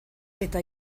eta